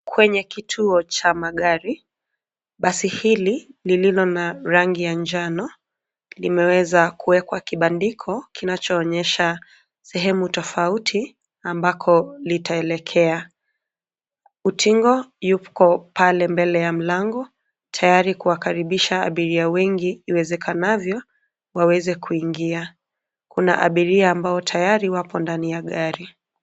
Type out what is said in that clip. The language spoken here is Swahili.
Kwenye kituo cha magari, basi hili lililo na rangi ya njano limeweza kuwekwa kibandiko kinachoonyesha sehemu tofauti ambako litaelekea. Utingo yuko pale mbele ya mlango tayari kuwakaribisha abiria wengi iwezekanavyo waweze kuingia. Kuna abiria ambao tayari wapo ndani ya gari.